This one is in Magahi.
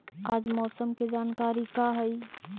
आज मौसम के जानकारी का हई?